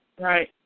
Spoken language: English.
right